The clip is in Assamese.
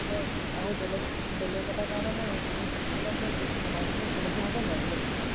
মানে আৰু বেলেগ বেলেগ এটা কাৰণে মই মানে মোৰ ডাটাখিনি উপলব্ধ হ'ব নাই বেলেগ কচোন